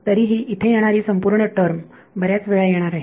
तरीही इथे येणारी संपूर्ण टर्म बऱ्याच वेळा येणार आहे